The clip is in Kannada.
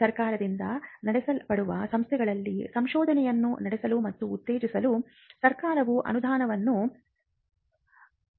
ಸರ್ಕಾರದಿಂದ ನಡೆಸಲ್ಪಡುವ ಸಂಸ್ಥೆಗಳಲ್ಲಿ ಸಂಶೋಧನೆಯನ್ನು ನಡೆಸಲು ಮತ್ತು ಉತ್ತೇಜಿಸಲು ಸರ್ಕಾರವು ಅನುದಾನವನ್ನು ಒದಗಿಸುತ್ತದೆ